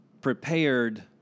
prepared